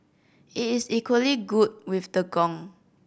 it is equally good with the gong